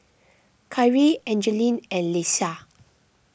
Kyrie Angeline and Leisha